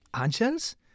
Angels